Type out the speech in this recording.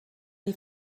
die